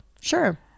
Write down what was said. Sure